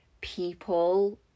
people